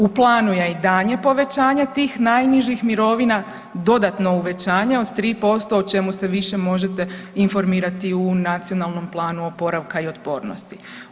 U planu je i daljnje povećanje tih najnižih mirovina, dodatno uvećanje od 3% o čemu se više možete informirati u Nacionalnom planu oporavka i otpornosti.